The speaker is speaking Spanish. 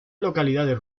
localidades